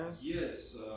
Yes